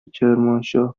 کرمانشاه